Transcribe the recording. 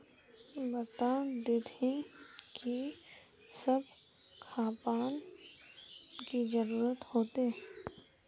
बता देतहिन की सब खापान की जरूरत होते?